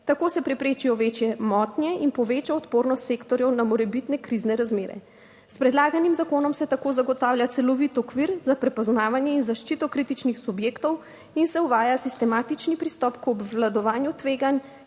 Tako se preprečijo večje motnje in poveča odpornost sektorjev na morebitne krizne razmere. S predlaganim zakonom se tako zagotavlja celovit okvir za prepoznavanje in zaščito kritičnih subjektov in se uvaja sistematični pristop k obvladovanju tveganj,